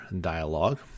dialogue